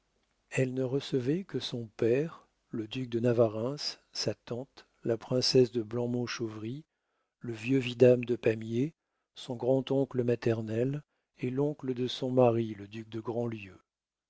elle ne recevait que son père le duc de navarreins sa tante la princesse de blamont-chauvry le vieux vidame de pamiers son grand-oncle maternel et l'oncle de son mari le duc de grandlieu